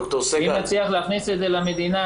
אם נצליח להכניס את זה למדינה,